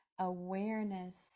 Awareness